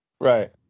Right